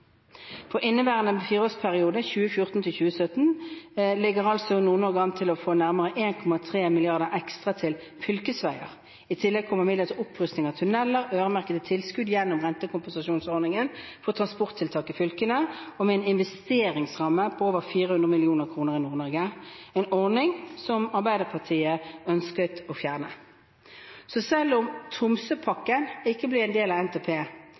For innværende fireårsperiode 2014–2017 ligger Nord-Norge an til å få nærmere 1,3 mrd. kr ekstra til fylkesveiene. I tillegg kommer midler til opprusting av tunnelene og øremerkede tilskudd gjennom rentekompensasjonsordningen for transporttiltak i fylkene, med en investeringsramme på over 400 mill. kr i Nord-Norge, en ordning som Arbeiderpartiet ønsket å fjerne. Selv om Tromsø-pakken ikke ble en del av NTP,